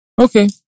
Okay